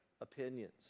opinions